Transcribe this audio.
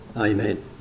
Amen